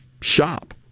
shop